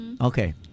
Okay